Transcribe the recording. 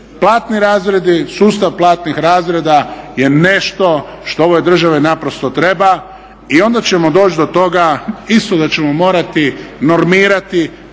platni razredi, sustav platnih razreda je nešto što ovoj državi naprosto treba i onda ćemo doći do toga isto da ćemo morati normirati